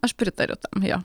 aš pritariu tam jo